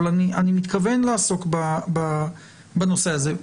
אבל אני מתכוון לעסוק בנושא הזה.